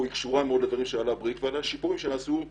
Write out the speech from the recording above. היא קשורה מאוד לביקורת שהעלה בריק ולשיפורים שנעשו לאורם.